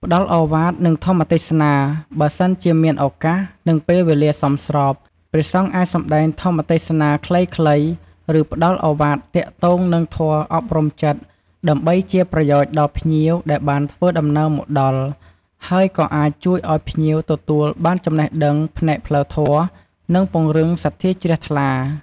ព្រះអង្គជាបុគ្គលគំរូក្នុងព្រះពុទ្ធសាសនា ដូច្នេះរាល់កាយវិការ និងពាក្យសម្ដីរបស់ព្រះអង្គគឺមានឥទ្ធិពលលើចិត្តគំនិតរបស់ពុទ្ធបរិស័ទ និងភ្ញៀវ។